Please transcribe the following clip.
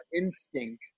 instinct